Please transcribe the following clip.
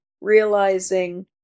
realizing